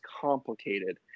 complicated